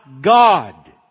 God